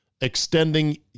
extending